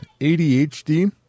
ADHD